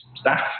staff